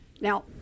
Now